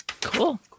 Cool